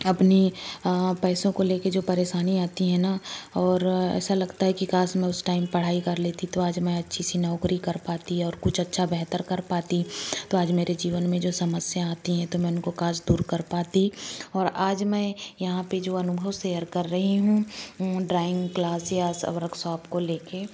अपनी पैसों को ले के जो परेशानी आती है ना और ऐसा लगता है कि काश मैं उस टाइम पढ़ाई कर लेती तो आज मैं अच्छी सी नौकरी कर पाती और कुछ अच्छा बेहतर कर पाती तो आज मेरे जीवन में जो समस्या आती हैं तो मैं उनको काश दूर कर पाती और आज मैं यहाँ पे जो अनुभव सेयर कर रही हूँ ड्राइंग क्लास या सब वर्कसॉप को ले के